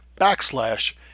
backslash